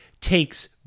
takes